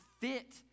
fit